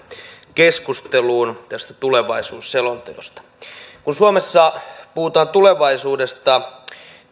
keskusteluun tästä tulevaisuusselonteosta kun suomessa puhutaan tulevaisuudesta